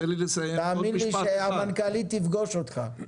תאמין לי שהמנכ"לית תפגוש אותך,